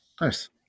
Nice